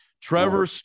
Trevor